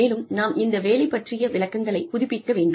மேலும் நாம் இந்த வேலை பற்றிய விளக்கங்களைப் புதுப்பிக்க வேண்டும்